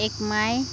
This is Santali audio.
ᱮᱠ ᱢᱟᱭ